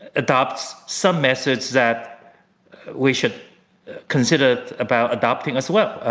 adopts some message that we should consider about adopting as well,